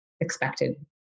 expected